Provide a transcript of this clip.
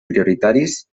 prioritaris